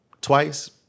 twice